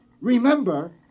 Remember